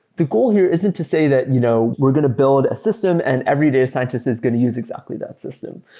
the goal here isn't to say that you know we're going to build system and everyday a scientist is going to use exactly that system.